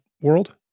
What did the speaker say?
world